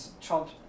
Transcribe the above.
Trump